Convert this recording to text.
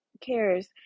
cares